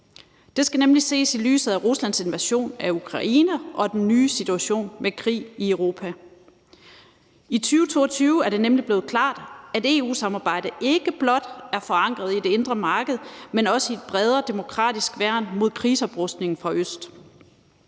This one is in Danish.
Det skal nemlig ses i lyset af Ruslands invasion af Ukraine og den nye situation med krig i Europa. I 2022 er det nemlig blevet klart, at EU-samarbejdet ikke blot er forankret i det indre marked, men også i et bredere demokratisk værn mod krigsoprustningen fra øst.